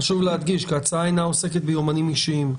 חשוב להדגיש שההצעה אינה עוסקת ביומנים אישיים.